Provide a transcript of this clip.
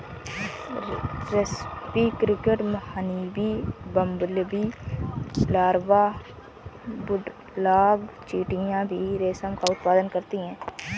रेस्पी cricket, honeybee, bumblebee larva, bulldog चींटियां भी रेशम का उत्पादन करती हैं